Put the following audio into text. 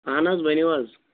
اہن حظ ؤنِو حظ